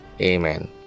Amen